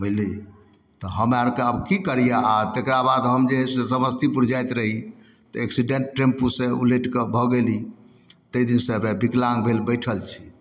बुझलिए तऽ हमरा आरके आब कि करिए आओर तकरा बाद हम जे हइ से समस्तीपुर जाइत रही तऽ एक्सिडेन्ट टेम्पूसँ उलटिके भऽ गेली ताहि दिनसँ वएह विकलाङ्ग भेल बैठल छी